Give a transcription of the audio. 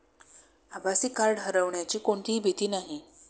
आभासी कार्ड हरवण्याची कोणतीही भीती नाही